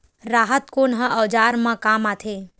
राहत कोन ह औजार मा काम आथे?